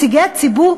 נציגי הציבור,